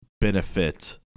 benefit